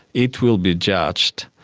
it will be judged.